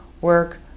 work